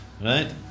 right